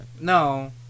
No